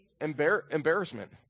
Embarrassment